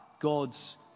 God's